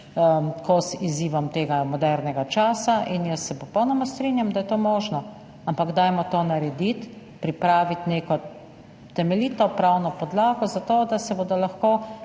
kos izzivom tega modernega časa. Jaz se popolnoma strinjam, da je to možno, ampak dajmo to narediti, pripraviti neko temeljito pravno podlago za to, da se bodo lahko